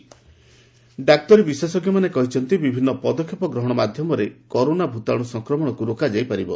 AIIMS corona ଡାକ୍ତରୀ ବିଶେଷଜ୍ଞମାନେ କହିଛନ୍ତି ବିଭିନ୍ନ ପଦକ୍ଷେପ ଗ୍ରହଣ ମାଧ୍ୟମରେ କରୋନା ଭୂତାଣୁ ସଂକ୍ରମଣକୁ ରୋକାଯାଇ ପାରିବ